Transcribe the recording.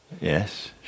yes